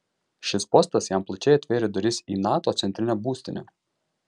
šis postas jam plačiai atvėrė duris į nato centrinę būstinę